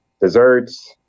desserts